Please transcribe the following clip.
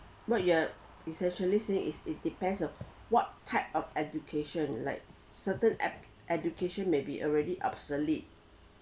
what you're essentially saying is it depends on what type of education like certain app education may be already obsolete